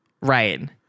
Right